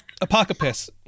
Apocalypse